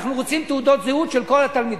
אנחנו רוצים תעודות זהות של כל התלמידים.